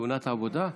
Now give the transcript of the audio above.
תאונת עבודה?